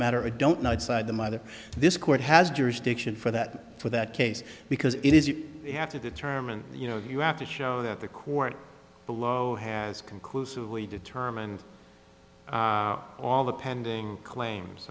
matter a don't know decide the mother this court has jurisdiction for that for that case because it is you have to determine you know you have to show that the court below has conclusively determine all the pending claims